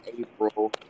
April